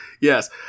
yes